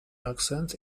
accent